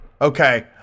Okay